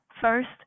First